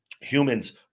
Humans